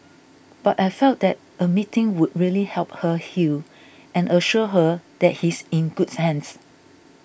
but I felt that a meeting would really help her heal and assure her that he's in good hands